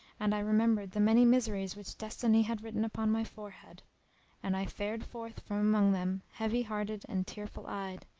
and i remembered the many miseries which destiny had written upon my forehead and i fared forth from among them heavy hearted and tearful eyed,